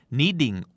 needing